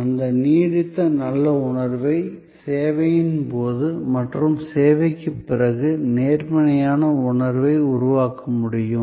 அந்த நீடித்த நல்ல உணர்வை சேவையின் போது மற்றும் சேவைக்குப் பிறகு நேர்மறையான உணர்வை உருவாக்க முடியும்